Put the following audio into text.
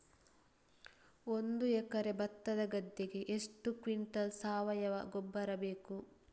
ಒಂದು ಎಕರೆ ಭತ್ತದ ಗದ್ದೆಗೆ ಎಷ್ಟು ಕ್ವಿಂಟಲ್ ಸಾವಯವ ಗೊಬ್ಬರ ಬೇಕು?